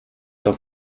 doch